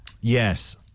Yes